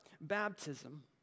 baptism